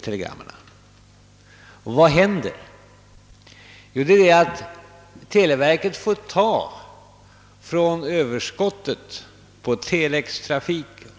Televerket måste därför ta från överskottet på telextrafiken,